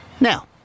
Now